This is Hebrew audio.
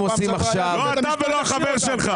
לא אתה ולא החבר שלך.